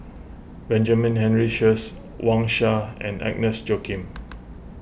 Benjamin Henry Sheares Wang Sha and Agnes Joaquim